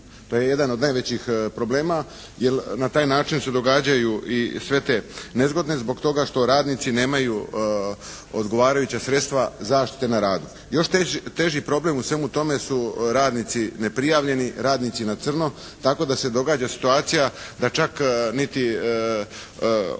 To je jedan od najvećih problema, jer na taj način se događaju i sve te nezgode zbog toga što radnici nemaju odgovarajuća sredstva zaštite na radu. Još teži problem u svemu tome su radnici neprijavljeni, radnici na crno, tako da se događa situacija da čak niti se takve